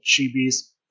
Chibi's